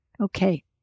Okay